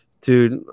dude